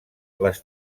les